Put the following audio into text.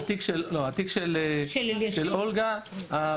התיק של גבעת אולגה.